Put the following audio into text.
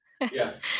Yes